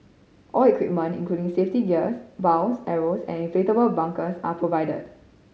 all equipment including safety gears bows arrows and inflatable bunkers are provided